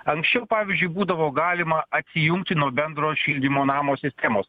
anksčiau pavyzdžiui būdavo galima atsijungti nuo bendro šildymo namo sistemos